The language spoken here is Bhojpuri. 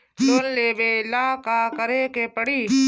लोन लेबे ला का करे के पड़ी?